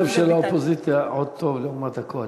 המצב של האופוזיציה עוד טוב לעומת הקואליציה.